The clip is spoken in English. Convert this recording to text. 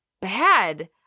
bad